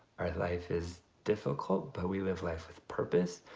our life is difficult but we live life with a purpose.